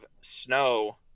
snow